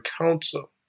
counsel